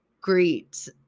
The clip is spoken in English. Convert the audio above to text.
great